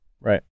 Right